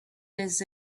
days